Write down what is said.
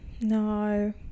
no